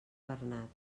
bernat